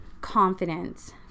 confidence